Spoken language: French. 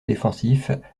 défensif